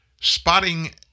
Spotting